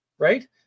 Right